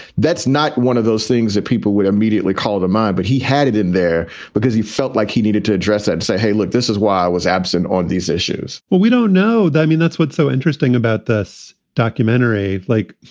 that's not one of those things that people would immediately call the mind. but he had it in there because he felt like he needed to address and say, hey, look, this is why i was absent on these issues well, we don't know. i mean, that's what's so interesting about this documentary. like,